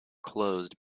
closed